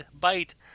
bite